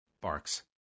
Barks